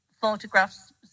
photographs